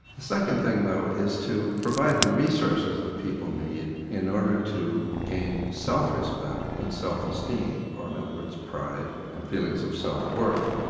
the second thing though is to provide the resources that people need in order to gain self-respect and self-esteem or in other words pride, and feelings of self worth.